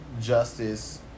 justice